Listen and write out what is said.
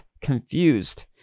confused